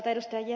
gestrin ed